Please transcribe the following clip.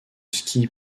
ski